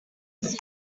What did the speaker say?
voice